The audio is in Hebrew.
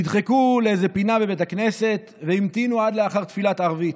נדחקו לאיזו פינה בבית הכנסת והמתינו עד לאחר תפילת ערבית.